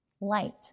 light